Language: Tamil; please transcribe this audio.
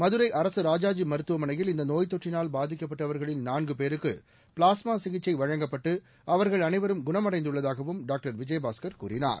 மதுரை அரசு ராஜாஜி மருத்துவமனையில் இந்த நோய் தொற்றினால் பாதிக்கப்பட்டவர்களில் நான்கு பேருக்கு ப்ளாஸ்மா சிகிச்சை வழங்கப்பட்டு அவர்கள் அனைவரும் குணமடைந்துள்ளதாகவும் டாக்டர் விஜயபாஸ்கர் கூறினார்